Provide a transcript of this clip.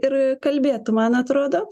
ir kalbėtų man atrodo